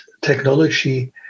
technology